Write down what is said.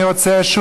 אני רוצה,